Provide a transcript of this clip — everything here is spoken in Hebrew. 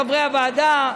חברי הוועדה,